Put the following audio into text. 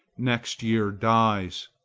next year die,